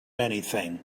anything